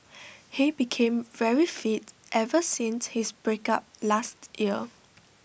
he became very fit ever since his breakup last year